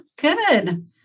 Good